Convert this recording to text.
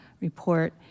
report